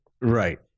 Right